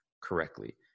correctly